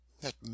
That